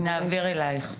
נעביר אלייך.